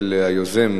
של היוזם,